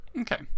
Okay